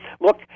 look